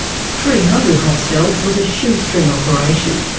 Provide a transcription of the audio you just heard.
three hundred hostel was a shoestring operation.